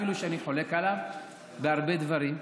אפילו שאני חולק עליו בהרבה דברים,